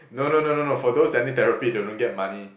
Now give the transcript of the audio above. no no no no no for those that need therapy they don't get money